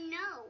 no